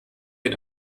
den